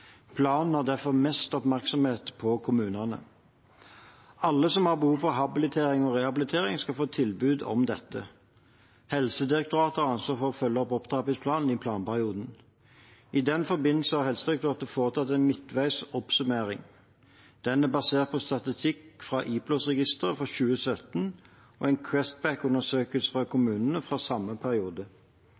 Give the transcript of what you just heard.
Planen har derfor mest oppmerksomhet på kommunene. Alle som har behov for habilitering og rehabilitering, skal få tilbud om dette. Helsedirektoratet har ansvar for å følge opp opptrappingsplanen i planperioden. I den forbindelse har Helsedirektoratet foretatt en midtveis oppsummering. Den er basert på statistikk fra IPLOS-registeret for 2017 og en Questback-undersøkelse fra kommunene fra samme periode.